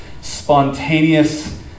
spontaneous